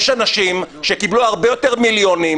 יש אנשים שקיבלו הרבה יותר מיליונים.